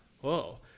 whoa